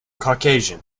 caucasian